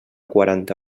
quaranta